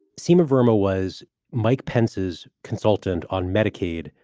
seamer burma was mike pence's consultant on medicaid.